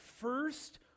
first